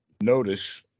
notice